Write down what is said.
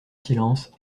silence